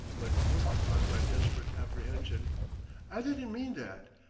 but worked upon by desperate apprehension i didn't mean that,